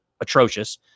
atrocious